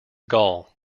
gaul